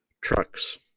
trucks